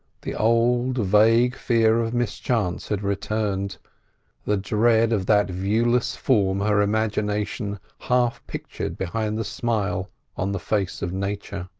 the old vague fear of mischance had returned the dread of that viewless form her imagination half pictured behind the smile on the face of nature.